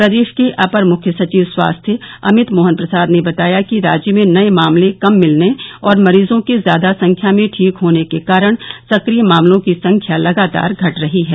प्रदेश के अपर मुख्य सचिव स्वास्थ अमित मोहन प्रसाद ने बताया कि राज्य में नये मामले कम मिलने और मरीजों के ज्यादा संख्या में ठीक होने के कारण सक्रिय मामलों के संख्या लगातार घट रही है